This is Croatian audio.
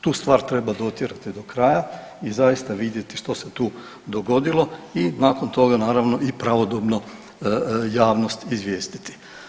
Tu stvar treba dotjerati do kraja i zaista vidjeti što se tu dogodilo i nakon toga naravno i pravodobno javnost izvijestiti.